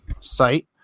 site